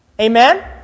Amen